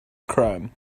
chrome